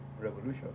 Revolution